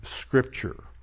Scripture